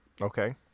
Okay